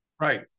right